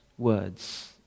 Words